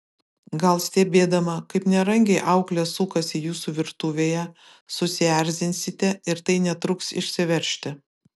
gal stebėdama kaip nerangiai auklė sukasi jūsų virtuvėje susierzinsite ir tai netruks išsiveržti